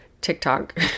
tiktok